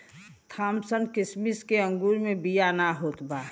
Thompson किसिम के अंगूर मे बिया ना होत बा